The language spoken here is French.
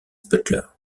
butler